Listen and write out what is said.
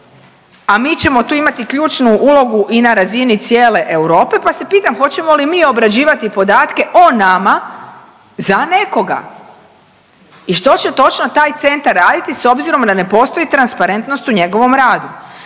a mi ćemo tu imaju ključnu ulogu i na razini cijele Europe, pa se pitam, hoćemo li mi obrađivati podatke o nama za nekoga. I što će točno taj Centar raditi s obzirom da ne postoji transparentnost u njegovom radu?